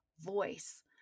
voice